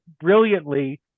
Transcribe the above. brilliantly